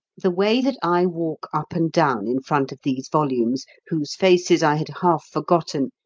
the way that i walk up and down in front of these volumes, whose faces i had half-forgotten,